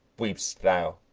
weep'st thou?